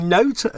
note